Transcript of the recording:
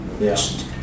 yes